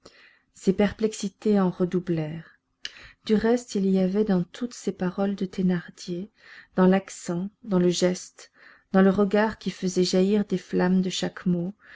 ses perplexités en redoublèrent du reste il y avait dans toutes ces paroles de thénardier dans l'accent dans le geste dans le regard qui faisait jaillir des flammes de chaque mot